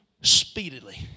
speedily